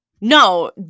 No